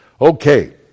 Okay